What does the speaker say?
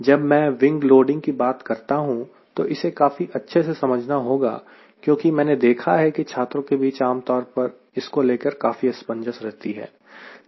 जब मैं wing loading की बात करता हूं तो इसे काफी अच्छे से समझना होगा क्योंकि मैंने देखा है कि छात्रों के बीच आम तौर पर इसको लेकर असमंजस रहती है